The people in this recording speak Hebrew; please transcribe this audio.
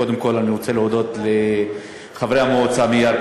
קודם כול אני רוצה להודות לחברי המועצה מירכא,